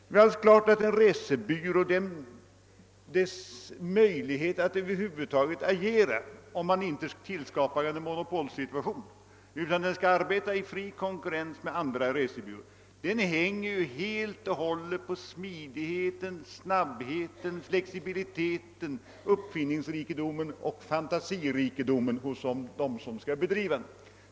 Det är alldeles klart att en resebyrås möjligheter att över huvud taget agera — såvida man inte tillskapar en monopolsituation — helt och hållet hänger på smidigheten, snabbheten, flexibiliteten, uppfinningsrikedomen och fantasirikedomen hos dem som driver verksamheten.